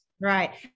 Right